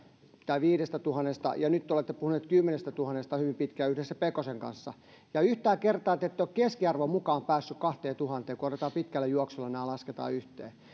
tai viidestätuhannesta testistä ja nyt te olette puhuneet kymmenestätuhannesta hyvin pitkään yhdessä pekosen kanssa yhtään kertaa te ette ole keskiarvon mukaan päässeet kahteentuhanteen kun pitkällä juoksulla nämä lasketaan yhteen